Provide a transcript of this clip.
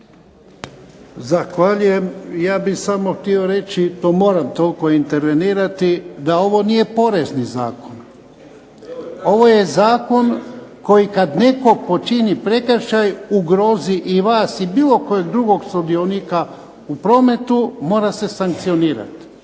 Zahvaljujem. Ja bih samo htio reći to moram toliko intervenirati da ovo nije POrezni zakon. Ovo je Zakon koji kada netko počini prekršaj ugrozi i vas ili bilo kojeg sudionika u prometu mora se sankcionirati.